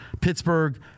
Pittsburgh